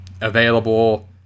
available